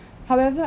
however